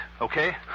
okay